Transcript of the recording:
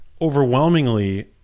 overwhelmingly